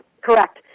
Correct